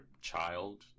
child